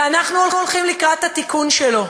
ואנחנו הולכים לקראת התיקון שלו.